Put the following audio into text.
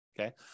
okay